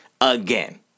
again